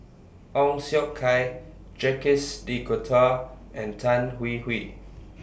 Ong Siong Kai Jacques De Coutre and Tan Hwee Hwee